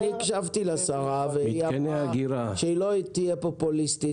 הקשבתי לשרה והיא אמרה שהיא לא תהיה פופוליסטית,